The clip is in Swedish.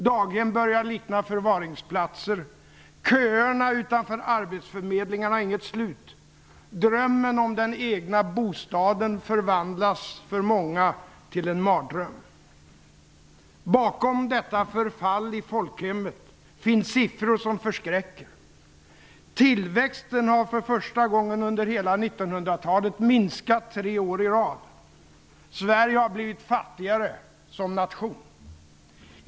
Daghem börjar likna förvaringsplatser. Köerna utanför arbetsförmedlingarna har inget slut. Drömmen om den egna bostaden förvandlas för många till en mardröm. Bakom detta förfall i folkhemmet finns siffror som förskräcker. * Tillväxten har, för första gången under hela 1900 talet, minskat tre år i rad. Sverige har blivit fattigare som nation.